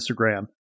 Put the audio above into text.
Instagram